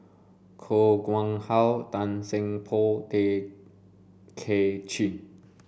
Koh Nguang How Tan Seng Poh Tay Kay Chin